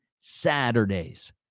Saturdays